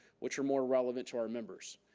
which are more relevant to our members,